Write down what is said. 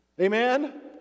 amen